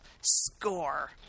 score